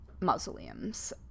mausoleums